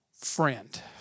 friend